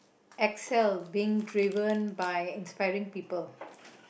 excel being driven by inspiring people